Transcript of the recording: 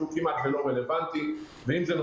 שהוא כמעט ולא רלוונטי,